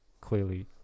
clearly